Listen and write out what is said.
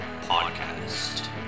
Podcast